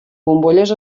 bombolles